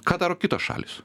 ką daro kitos šalys